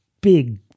big